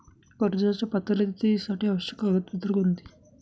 कर्जाच्या पात्रतेसाठी आवश्यक कागदपत्रे कोणती?